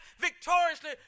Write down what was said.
victoriously